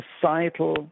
societal